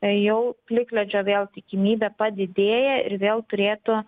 jau plikledžio vėl tikimybė padidėja ir vėl turėtų